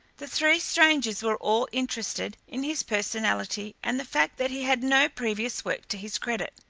the three strangers were all interested in his personality and the fact that he had no previous work to his credit.